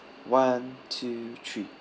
one two three